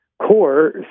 core